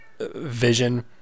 vision